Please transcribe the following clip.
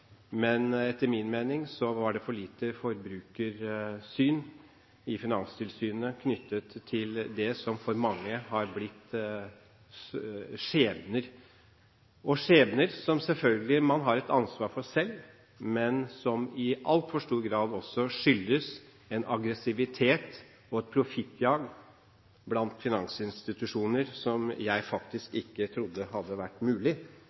Men etter min mening var det for lite forbrukersyn i Finanstilsynet knyttet til det som for mange har blitt skjebner, skjebner som man selvfølgelig har et ansvar for selv, men som i altfor stor grad også skyldes en aggressivitet og et profittjag blant finansinstitusjoner som jeg faktisk ikke trodde hadde vært mulig,